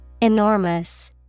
Enormous